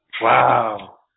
Wow